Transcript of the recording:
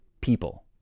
people